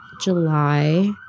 july